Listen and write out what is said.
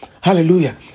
Hallelujah